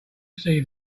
see